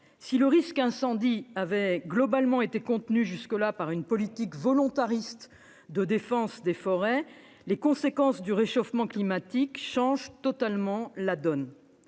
Si le risque incendie avait, jusque-là, été globalement contenu par une politique volontariste de défense des forêts, les conséquences du réchauffement climatique changent totalement la donne.